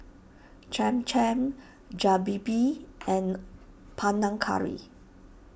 Cham Cham and Panang Curry